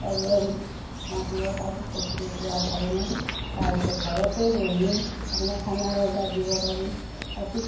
মাতিব পাৰি অত ত'ত যোৱাৰ কাৰণে তাৰপিছত ঘৰতে বহি আপোনাৰ খানাৰ অৰ্ডাৰ দিব পাৰি আৰু